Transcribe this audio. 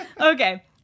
Okay